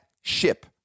ship